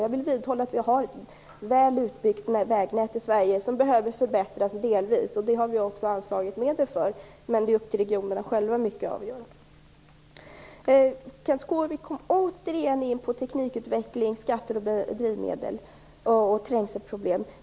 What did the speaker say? Jag vill vidhålla att vi har ett väl utbyggt vägnät som behöver förbättras delvis. Det har vi anslagit medel för, men det till stor del upp till regionerna själva att avgöra. Kenth Skårvik återkommer till teknikutveckling, skatter, drivmedel och trängelsproblem.